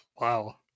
Wow